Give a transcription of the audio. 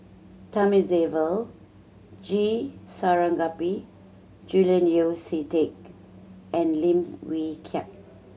Thamizhavel G Sarangapani Julian Yeo See Teck and Lim Wee Kiak